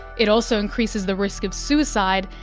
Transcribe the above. it also increases the risk of suicide,